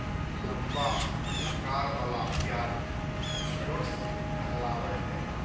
लंबा अकार वला प्याज शलोट्स कहलावय हय